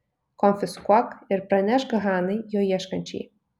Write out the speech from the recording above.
konfiskuok ir pranešk hanai jo ieškančiai